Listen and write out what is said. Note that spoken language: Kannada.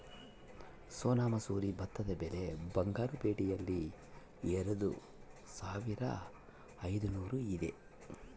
ಸೋನಾ ಮಸೂರಿ ಭತ್ತದ ಬೆಲೆ ಬಂಗಾರು ಪೇಟೆಯಲ್ಲಿ ಎರೆದುಸಾವಿರದ ಐದುನೂರು ಇದೆ